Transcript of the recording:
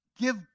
Give